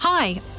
Hi